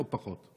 או פחות?